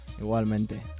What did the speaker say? Igualmente